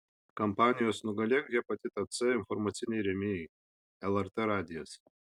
kampanijos nugalėk hepatitą c informaciniai rėmėjai lrt radijas